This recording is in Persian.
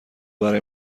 برای